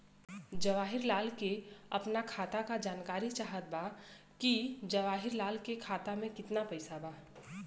जवाहिर लाल के अपना खाता का जानकारी चाहत बा की जवाहिर लाल के खाता में कितना पैसा बा?